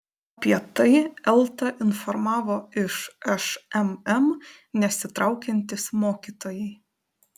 apie tai eltą informavo iš šmm nesitraukiantys mokytojai